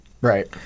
Right